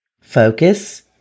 Focus